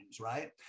right